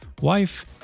wife